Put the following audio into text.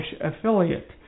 affiliate